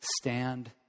stand